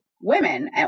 women